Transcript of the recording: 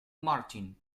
martin